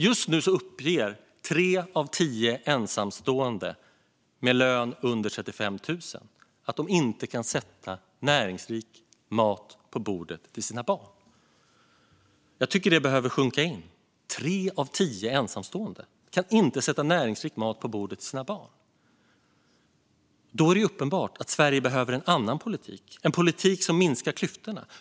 Just nu uppger tre av tio ensamstående med en lön under 35 000 kronor i månaden att de inte kan sätta näringsrik mat på bordet till sina barn. Jag tycker att det behöver sjunka in: Tre av tio ensamstående kan inte sätta näringsrik mat på bordet till sina barn! Då är det uppenbart att Sverige behöver en annan politik, en politik som minskar klyftorna.